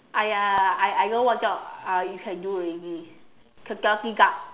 !aiya! I I know what job uh you can do already security guard